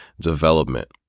development